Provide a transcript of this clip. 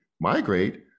migrate